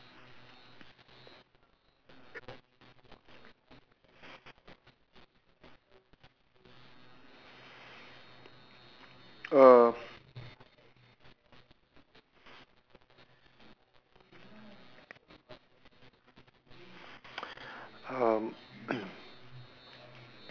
uh